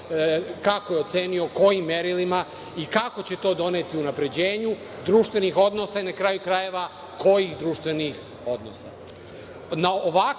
kako je ocenio, kojim merilima i kako će to doprineti unapređenju društvenih odnosa i, na kraju krajeva, kojih društvenih odnosa? Na